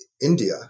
India